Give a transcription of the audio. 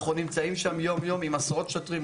אנחנו נמצאים שם יום-יום עם עשרות שוטרים.